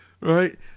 Right